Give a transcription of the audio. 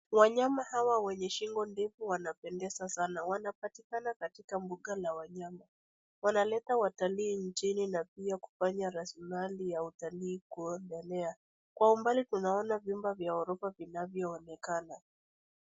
Wanyama hawa wenye shingo ndefu wanapendeza sana, wanapatikana katika mbuga la wanyama. Wanaleta watalii nchini na pia kufanya rasilimali ya utalii kuendelea. Kwa umbali tunaona vyumba vya ghorofa vinavyoonekana.